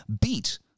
beat